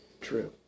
True